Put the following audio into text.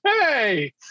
Hey